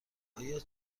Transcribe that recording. آیا